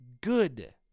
good